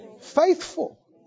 Faithful